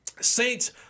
Saints